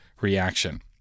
reaction